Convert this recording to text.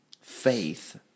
faith